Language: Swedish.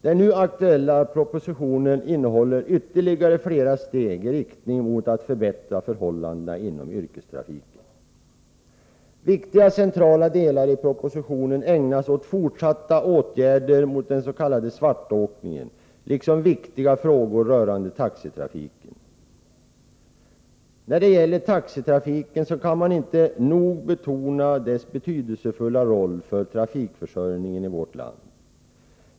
Den nu aktuella propositionen innehåller förslag som innebär ytterligare flera steg i riktning mot att förbättra förhållandena inom yrkestrafiken. Viktiga och centrala delar i propositionen ägnas åt fortsatta åtgärder mot den s.k. svartåkningen liksom åt viktiga frågor rörande taxitrafiken. Man kan inte nog betona taxitrafikens betydelsefulla roll för trafikförsörjningen i landet.